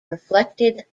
reflected